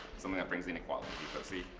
something that brings inequality. but see,